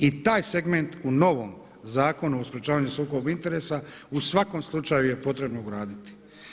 I taj segment u novom Zakonu o sprečavanju sukoba interesa u svakom slučaju je potrebno ugraditi.